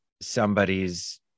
somebody's